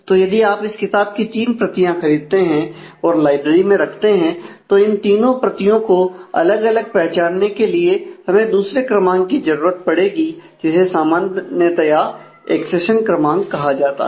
तो यदि आप इस किताब की 3 प्रतियां खरीदते हैं और लाइब्रेरी में रखते हैं तो इन तीनों प्रतियों को अलग अलग पहचानने के लिए हमें दूसरे क्रमांक की जरूरत पड़ेगी जिसे सामान्यतया एक्सेशन क्रमांक कहा जाता है